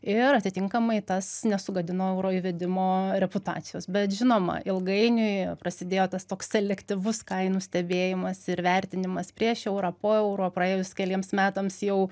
ir atitinkamai tas nesugadino euro įvedimo reputacijos bet žinoma ilgainiui prasidėjo tas toks selektyvus kainų stebėjimas ir vertinimas prieš eurą po euro praėjus keliems metams jau